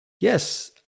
Yes